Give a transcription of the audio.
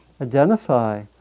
identify